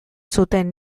zuten